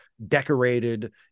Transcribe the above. decorated